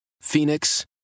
Phoenix